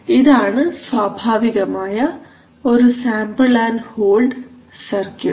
ഇതാണ് സ്വാഭാവികമായ ഒരു സാമ്പിൾ ആൻഡ് ഹോൾഡ് സർക്യൂട്ട്